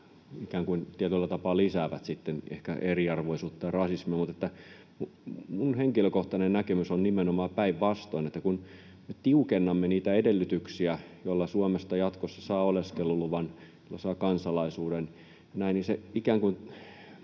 ikään kuin tietyllä tapaa lisäävät sitten ehkä eriarvoisuutta ja rasismia. Minun henkilökohtainen näkemykseni on nimenomaan päinvastoin. Kun me tiukennamme niitä edellytyksiä, joilla Suomesta jatkossa saa oleskeluluvan, saa kansalaisuuden, niin se ikään kuin